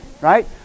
right